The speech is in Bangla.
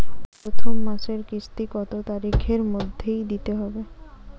প্রথম মাসের কিস্তি কত তারিখের মধ্যেই দিতে হবে?